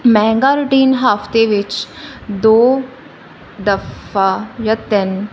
ਮਹਿੰਗਾ ਰੂਟੀਨ ਹਫਤੇ ਵਿੱਚ ਦੋ ਦਫਾ ਜਾਂ ਤਿੰਨ